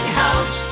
house